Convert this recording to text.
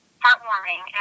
heartwarming